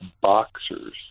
boxers